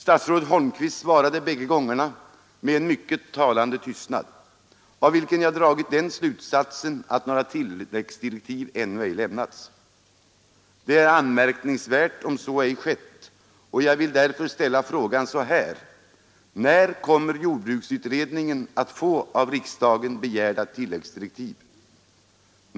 Statsrådet Holmqvist svarade bägge gångerna med en mycket talande tystnad, av vilken jag har dragit den slutsatsen att några tilläggsdirektiv ännu inte meddelats. Det är anmärkningsvärt, om så inte skett, och jag vill därför ställa frågan så här: När kommer jordbruksutredningen att få av riksdagen begärda tilläggsdirektiv?